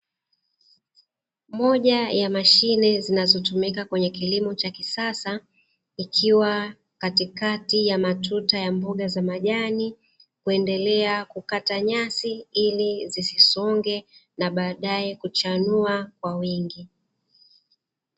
Moja ya mashine zinazotumika kwenye kilimo cha kisasa ikiwa katikati ya matuta ya mboga za majani kuendelea kukata nyasi ili zisisonge na badae kuchanua kwa wingi.